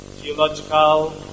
Geological